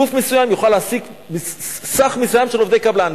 גוף מסוים יוכל להעסיק סך מסוים של עובדי קבלן.